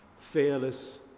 fearless